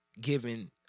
given